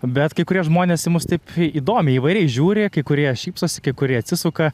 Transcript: bet kai kurie žmonės į mus taip įdomiai įvairiai žiūri kai kurie šypsosi kai kurie atsisuka